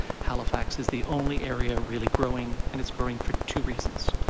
halifax is the only area really growing and it's growing for two reasons.